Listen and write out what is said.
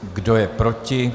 Kdo je proti?